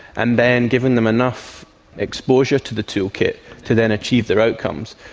and then giving them enough exposure to the toolkit to then achieve their outcomes.